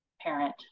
parent